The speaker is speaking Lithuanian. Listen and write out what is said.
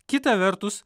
kita vertus